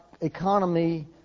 economy